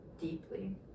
deeply